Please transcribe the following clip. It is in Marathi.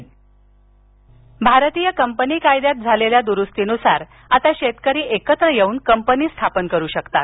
शेतकरी कंपनी भारतीय कंपनी कायद्यात झालेल्या दुरुस्तीनुसार आता शेतकरी एकत्र येऊन कंपनी स्थापन करु शकतात